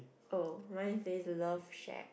oh mine it says it's love shared